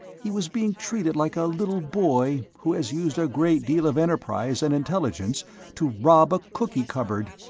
he was being treated like a little boy who has used a great deal of enterprise and intelligence to rob a cookie cupboard,